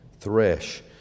thresh